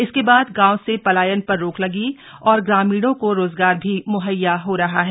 इसके बाद गांव से पलायन पर रोक लगी है और ग्रामीणों को रोजगार भी मुहैया हो रहा है